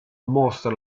mostra